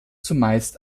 zumeist